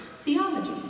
theology